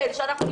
אני חושב,